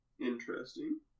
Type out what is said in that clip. Interesting